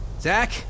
Zach